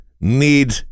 need